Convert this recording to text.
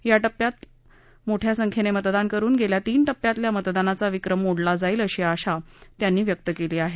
या टप्प्यात मोठ्या संख्येने मतदान करून गेल्या तीन टप्प्यातल्या मतदानाचा विक्रम मोडला जाईल अशी आशा त्यांनी ट्विटरवरील संदेशात व्यक्त केली आहे